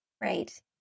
right